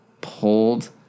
pulled